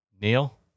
Neil